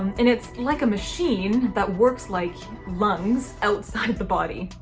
and it's like a machine that works like lungs outside the body.